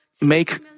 make